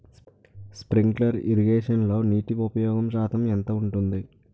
Sprinkler ఇరగేషన్లో నీటి ఉపయోగ శాతం ఎంత ఉంటుంది?